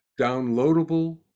downloadable